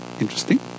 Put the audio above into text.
interesting